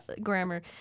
grammar